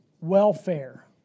welfare